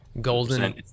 Golden